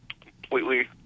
completely